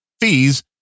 fees